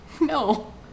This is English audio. no